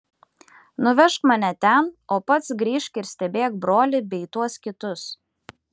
nuvežk mane ten o pats grįžk ir stebėk brolį bei tuos kitus